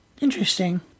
Interesting